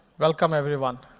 welcome, everyone.